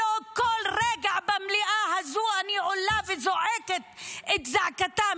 זה שלא כל רגע במליאה הזאת אני עולה וזועקת את זעקתם